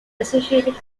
associated